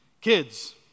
Kids